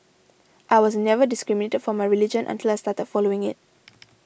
I was never discriminated for my religion until I started following it